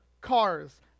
cars